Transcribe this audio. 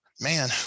man